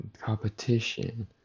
competition